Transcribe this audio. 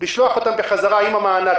לשלוח אותם חזרה עם המענק,